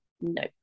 no